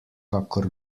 kakor